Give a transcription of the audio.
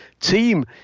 team